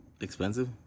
expensive